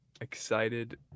excited